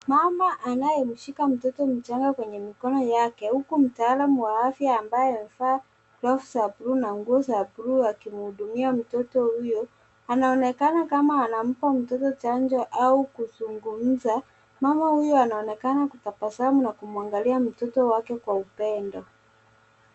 Mama anayemshika mtoto mchanga kwenye mikono yake huku mtaalamu wa afya ambaye amevaa glavu za buluu na nguo za buluu akimhudumia mtoto huyu anaonekana kama anampa mtoto chanjo au kuzungumza. Mama huyo anaonekana kutabasamu na kumwangalia mtoto wake kwa upande.